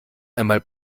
einmal